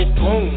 boom